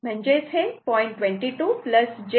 तर हे Yg jb 0